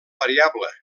variable